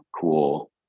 cool